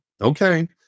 okay